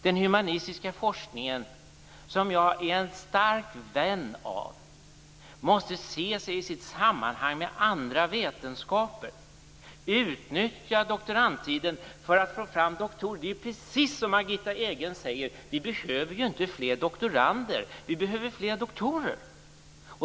Den humanistiska forskningen, som jag är stark vän av, måste ses i sitt sammanhang tillsammans med andra vetenskaper. Det gäller att utnyttja doktorandtiden för att få fram doktorer. Det är precis som Margitta Edgren säger, nämligen att vi inte behöver fler doktorander. I stället behöver vi fler doktorer.